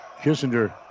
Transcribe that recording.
Kissinger